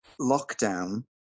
lockdown